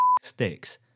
sticks